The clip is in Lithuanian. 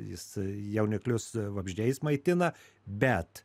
jis jauniklius vabzdžiais maitina bet